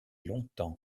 longtemps